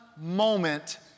moment